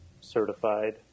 certified